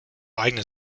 eigene